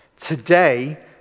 Today